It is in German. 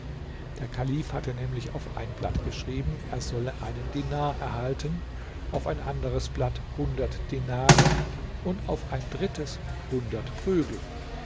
der kalif hatte nämlich auf ein blatt geschrieben er solle einen dinar erhalten auf ein anderes blatt hundert dinare und auf ein drittes hundert prügel